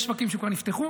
יש שווקים שכבר נפתחו,